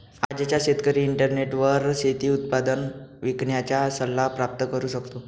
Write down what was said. आजचा शेतकरी इंटरनेटवर शेती उत्पादन विकण्याचा सल्ला प्राप्त करू शकतो